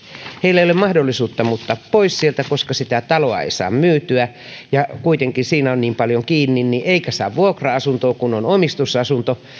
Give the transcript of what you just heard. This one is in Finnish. heillä ei ole mahdollisuutta muuttaa pois sieltä koska sitä taloa ei saa myytyä kuitenkin siinä on niin paljon kiinni eikä saa vuokra asuntoa kun on omistusasunto